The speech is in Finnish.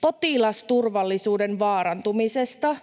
potilasturvallisuuden vaarantumisesta.